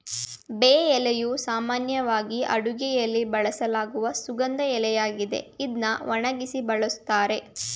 ಬೇ ಎಲೆಯು ಸಾಮಾನ್ಯವಾಗಿ ಅಡುಗೆಯಲ್ಲಿ ಬಳಸಲಾಗುವ ಸುಗಂಧ ಎಲೆಯಾಗಿದೆ ಇದ್ನ ಒಣಗ್ಸಿ ಬಳುಸ್ತಾರೆ